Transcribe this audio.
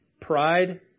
pride